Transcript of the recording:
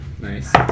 Nice